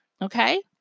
Okay